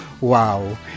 Wow